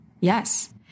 Yes